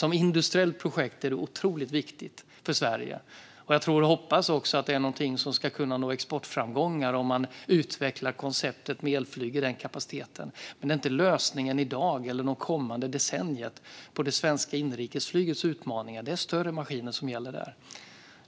Som industriellt projekt är det otroligt viktigt för Sverige, och jag tror och hoppas att detta kan nå exportframgångar om man utvecklar konceptet med elflyg med denna kapacitet. Men detta är inte lösningen i dag eller det kommande decenniet på det svenska inrikesflygets utmaningar. Här gäller större maskiner.